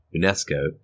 UNESCO